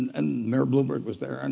and mayor blumberg was there, and